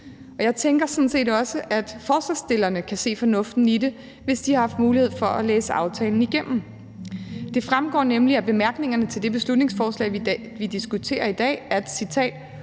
Jeg tænker sådan set også, at forslagsstillerne kan se fornuften i det, hvis de har haft mulighed for at læse aftalen igennem. Det fremgår nemlig af bemærkningerne til det beslutningsforslag, som vi diskuterer i dag, at: